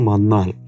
Manal